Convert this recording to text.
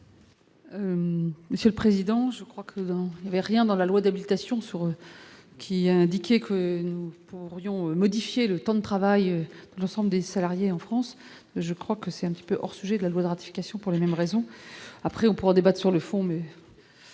Monsieur le président, je crois que nous avons ouvert dans la loi d'habilitation sur qui a indiqué que nous pourrions modifier le temps de travail, l'ensemble des salariés en France, je crois que c'est un petit peu hors sujet de la loi de ratification pour les mêmes raisons, après on pourra débattent sur le fond mais.